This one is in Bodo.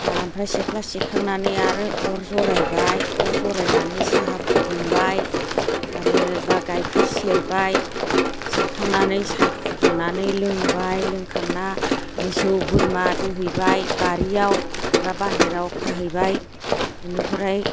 आमफ्राय सेथ्ला सिबखांनानै आरो अर जरायबाय अर जरायनानै साहा फुदुंबाय आरो बा गाइखेर सेरबाय सेरखांनानै साहा फुदुंनानै लोंबाय लोंखांना मोसौ बोरमा दोहैबाय बारियाव एबा बाहेरायाव खाहैबाय एनिफ्राय